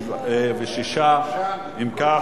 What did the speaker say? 26. אם כך,